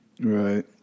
Right